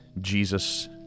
Jesus